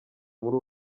muri